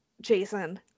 Jason